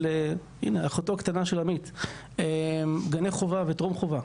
הנה אחותו הקטנה של עמית גני חובה וטרום חובה,